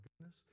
goodness